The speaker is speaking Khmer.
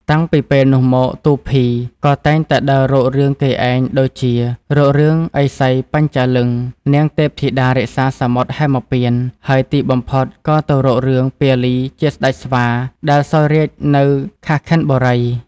តាំងពីពេលនោះមកទូភី ក៏តែងតែដើររករឿងគេឯង ដូចជារករឿង ឥសីបញ្ចាលឹង្គនាង ទេពធីតារក្សាសមុទ្រហេមពាន្ត ហើយទីបំផុតក៏ទៅរករឿង ពាលីជាស្តេចស្វាដែលសោយរាជ្យនៅ ខាស់ខិនបុរី។